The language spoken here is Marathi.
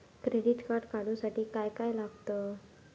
क्रेडिट कार्ड काढूसाठी काय काय लागत?